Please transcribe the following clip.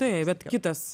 tai vat kitas